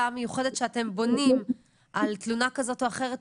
מיוחדת שאתם בונים על תלונה כזאת או אחרת,